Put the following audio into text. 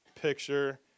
picture